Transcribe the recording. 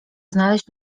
znaleźć